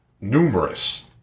numerous